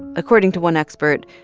according to one expert,